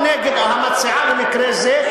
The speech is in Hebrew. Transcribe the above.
המציעה במקרה זה,